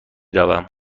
روم